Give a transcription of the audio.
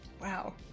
Wow